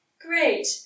Great